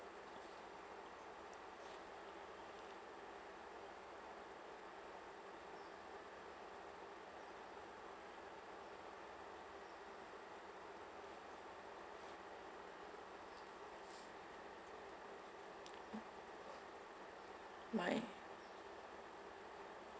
might